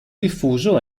diffuso